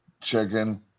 chicken